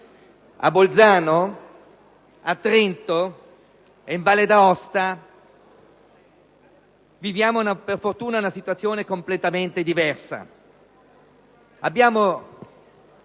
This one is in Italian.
a Bolzano, a Trento e in Valle d'Aosta viviamo per fortuna una situazione completamente diversa.